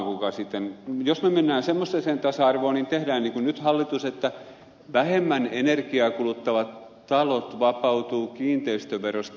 jos me menemme semmoiseen tasa arvoon niin tehdään niin kuin nyt hallitus että vähemmän energiaa kuluttavat talot vapautuvat kiinteistöverosta